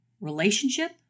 relationship